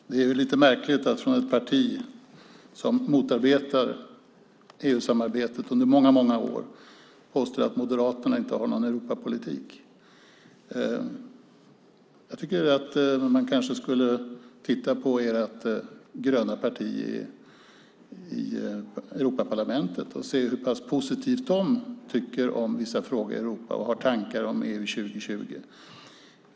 Fru talman! Det är lite märkligt att höra en representant för ett parti som under många år motarbetat EU-samarbetet påstå att Moderaterna inte har någon Europapolitik. Man kanske skulle titta på det gröna partiet i Europaparlamentet och se hur positiva de är till vissa frågor i Europa och vilka tankar de har om EU 2020.